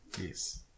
Yes